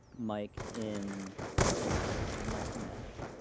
mike in this is mike's mesh.